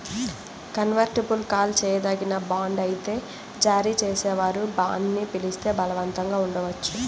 convertible call చేయదగిన bond అయితే జారీ చేసేవారు బాండ్ని పిలిస్తే బలవంతంగా ఉండవచ్చు